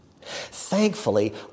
Thankfully